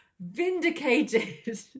vindicated